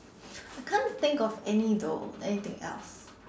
I can't think of any though anything else